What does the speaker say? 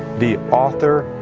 the author,